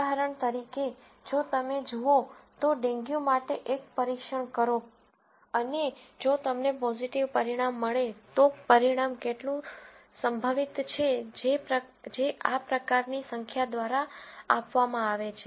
ઉદાહરણ તરીકે જો તમે જુઓ તો ડેન્ગ્યુ માટે એક પરીક્ષણ કરો અને જો તમને પોઝીટિવ પરિણામ મળે તો પરિણામ કેટલું સંભવિત છે જે આ પ્રકારની સંખ્યા દ્વારા આપવામાં આવે છે